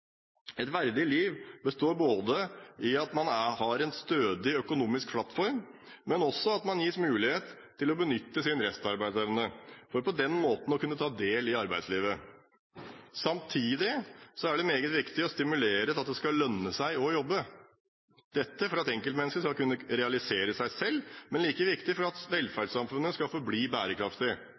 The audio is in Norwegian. et verdig liv. Et verdig liv består i at man har en stødig økonomisk plattform, men også at man gis mulighet til å benytte sin restarbeidsevne for på den måten å kunne ta del i arbeidslivet. Samtidig er det meget viktig å stimulere til at det skal lønne seg å jobbe – dette for at enkeltmennesket skal kunne realisere seg selv, men like viktig for at velferdssamfunnet skal forbli bærekraftig.